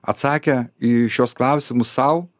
atsakę į šiuos klausimus sau